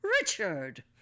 Richard